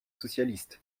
socialiste